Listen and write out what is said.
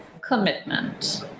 commitment